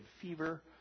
fever